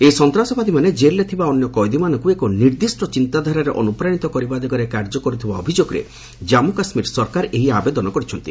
ଏହି ସନ୍ତାସବାଦୀମାନେ ଜେଲରେ ଥିବା ଅନ୍ୟ କଏଦୀମାନଙ୍କୁ ଏକ ନିର୍ଦ୍ଦିଷ୍ଟ ଚିନ୍ତାଧାରାରେ ଅନୁପ୍ରାଣିତ କରିବା ଦିଗରେ କାର୍ଯ୍ୟ କରୁଥିବା ଅଭିଯୋଗରେ ଜାନ୍ମୁ କାଶ୍ମୀର ସରକାର ଏହି ଆବେଦନ କରିଛନ୍ତି